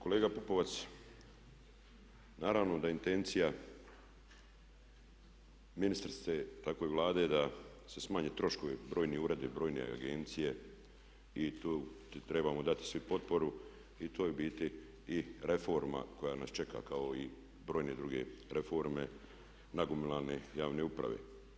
Kolega Pupovac, naravno da je intencija ministrice tako i Vlade da se smanje troškovi, brojni uredi, brojne agencije i tu trebamo dati svi potporu i to je u biti i reforma koja nas čeka kao i brojne druge reforme, nagomilane javne uprave.